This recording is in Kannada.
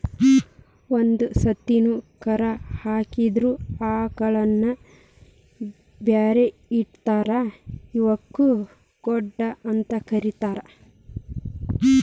ಒಂದ್ ಸರ್ತಿನು ಕರಾ ಹಾಕಿದಿರೋ ಆಕಳಗಳನ್ನ ಬ್ಯಾರೆ ಇಟ್ಟಿರ್ತಾರ ಇವಕ್ಕ್ ಗೊಡ್ಡ ಅಂತ ಕರೇತಾರ